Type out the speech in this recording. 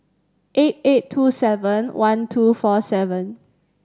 eight eight two seven one two four seven